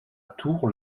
tour